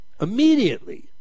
Immediately